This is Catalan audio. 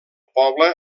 poble